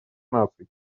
наций